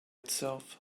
itself